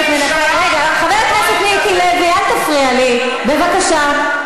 חבר הכנסת מיקי לוי, אל תפריע לי, בבקשה.